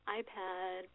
iPad